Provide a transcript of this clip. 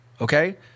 okay